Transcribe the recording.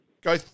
Go